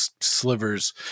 slivers